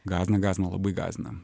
gąsdina gąsdina labai gąsdina